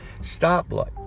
stoplight